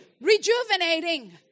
rejuvenating